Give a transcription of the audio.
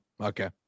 Okay